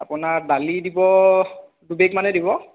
আপোনাৰ দালি দিব দুবেগ মানেই দিব